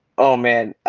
oh man.